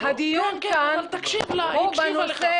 אבל תקשיב לה, היא הקשיבה לך.